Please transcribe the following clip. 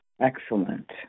excellent